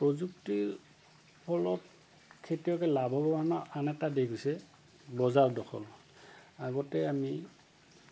প্ৰযুক্তিৰ ফলত খেতিয়কে লাভৱানৰ আন এটা দিশ হৈছে বজাৰ দখল আগতে আমি